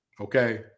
Okay